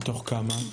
מתוך כמה?